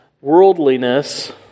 worldliness